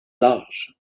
large